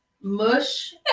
mush